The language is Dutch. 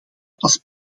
als